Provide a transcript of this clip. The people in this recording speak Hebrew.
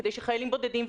כדי שחיילים בודדים,